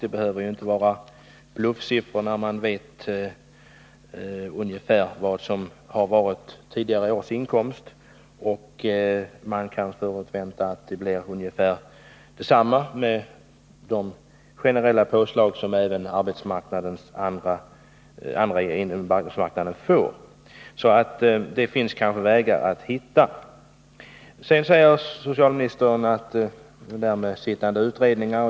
Det behöver inte vara bluffsiffror, när man vet hurstor föregående års inkomst varit och man kan förvänta att inkomsten för vederbörande blir ungefär densamma, med de generella påslag som även andra på arbetsmarknaden får. Det finns alltså vägar att gå. Socialministern talade om den sittande utredningen.